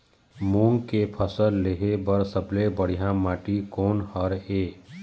मूंग के फसल लेहे बर सबले बढ़िया माटी कोन हर ये?